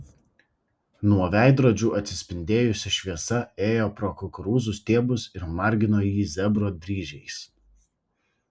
nuo veidrodžių atsispindėjusi šviesa ėjo pro kukurūzų stiebus ir margino jį zebro dryžiais